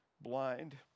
blind